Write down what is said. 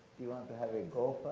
you want to have a and go